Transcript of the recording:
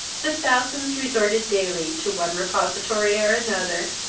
that thousands resorted daily to one repository or another,